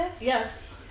Yes